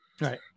right